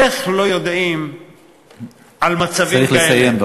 איך לא יודעים על מצבים כאלה, אתה צריך לסיים.